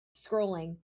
scrolling